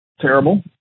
terrible